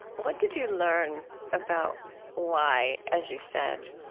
what did you learn about why, as you said,